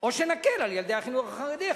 או שנקל על ילדי החינוך החרדי.